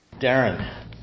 darren